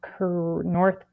north